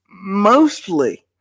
mostly